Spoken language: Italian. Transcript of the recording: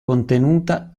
contenuta